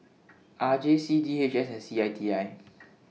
R J C D H S and C I T I